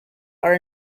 are